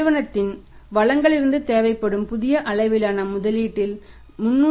நிறுவனத்தின் வளங்களிலிருந்து தேவைப்படும் புதிய அளவிலான முதலீட்டில் 318